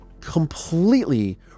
completely